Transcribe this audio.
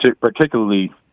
particularly